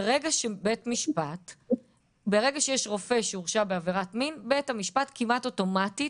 ברגע שיש רופא שהורשע בעבירת מין בית המשפט כמעט אוטומטית